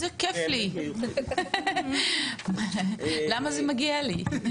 איזה כיף לי, למה זה מגיע לי?